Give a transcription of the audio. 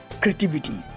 creativity